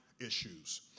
issues